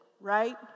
Right